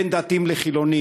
בין דתיים לחילונים.